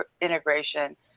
integration